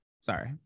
sorry